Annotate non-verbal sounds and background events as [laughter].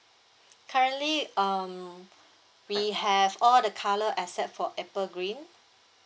[breath] currently um [breath] we have all the colour except for apple green